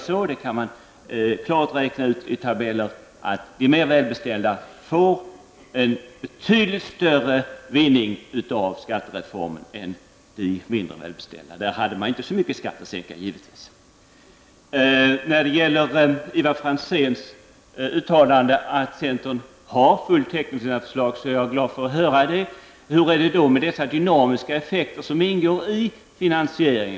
Via tabellerna kan man räkna ut att de mer välbeställda får betydligt större vinning av skattereformen än de mindre välbeställda. För dem blir det inte så mycket skattesänkningar. Ivar Franzén uttalade att centern har full täckning för sina förslag. Jag är glad att höra det. Hur är det då med de dynamiska effekterna som ingår i finansieringen?